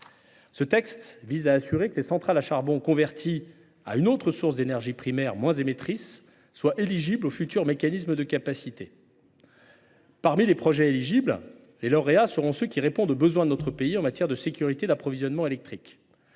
Ce texte vise à garantir que les centrales à charbon converties à une autre source d’énergie primaire, moins émettrice, soient éligibles au futur mécanisme de capacité. Parmi les projets concernés, les lauréats seront ceux qui répondent aux besoins de notre pays en matière de sécurité d’approvisionnement électrique.